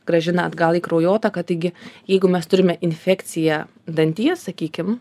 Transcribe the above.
grąžina atgal į kraujotaką taigi jeigu mes turime infekciją danties sakykim